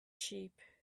sheep